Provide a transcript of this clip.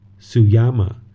suyama